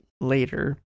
later